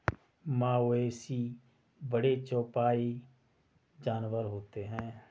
मवेशी बड़े चौपाई जानवर होते हैं